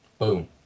Boom